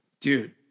Dude